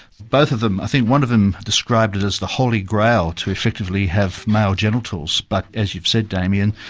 both of them, i think one of them described it as the holy grail to effectively have male genitals, but, as you've said damien,